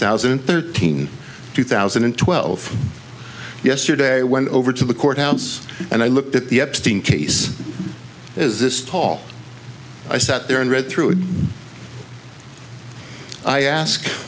thousand and thirteen two thousand and twelve yesterday went over to the courthouse and i looked at the epstein case is this tall i sat there and read through it i ask